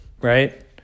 right